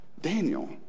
Daniel